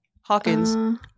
Hawkins